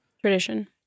Tradition